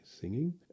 singing